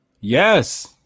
yes